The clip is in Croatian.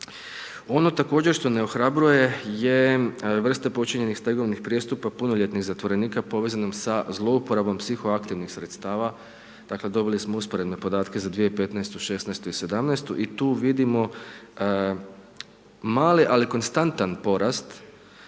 Ono također što ne orobljuje je vrsta počinjenih stegovnih prijestupa punoljetnih zatvorenika povezanom sa zlouporabom psihoaktivnih sredstava, dakle, dobili smo usporedne podatke za 2015., 2016., 2017. i tu vidimo mali ali konstantan porast